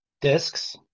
discs